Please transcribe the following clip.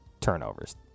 turnovers